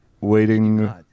waiting